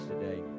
today